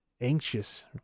anxious